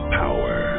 power